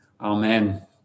Amen